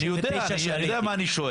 אני יודע מה אני שואל.